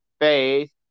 face